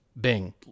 Bing